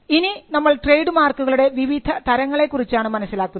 ഇനി നമ്മൾ ട്രേഡ് മാർക്കുകളുടെ വിവിധ തരങ്ങളെകുറിച്ചാണ് മനസ്സിലാക്കുന്നത്